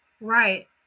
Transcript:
right